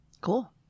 Cool